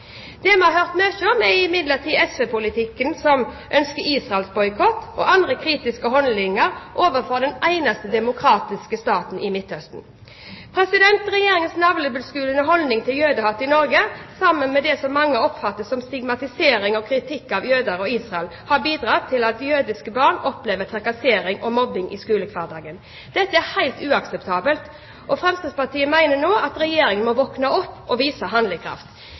Det vi har hørt mye om, er imidlertid SV-politikere som ønsker Israel-boikott og andre kritiske holdninger overfor den eneste demokratiske staten i Midt-Østen. Regjeringens navlebeskuende holdning til jødehat i Norge, sammen med det som mange oppfatter som stigmatisering og kritikk av jøder og Israel, har bidratt til at jødiske barn opplever trakassering og mobbing i skolehverdagen. Dette er helt uakseptabelt, og Fremskrittspartiet mener at Regjeringen nå må våkne opp og vise handlekraft.